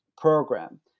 program